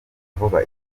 vuba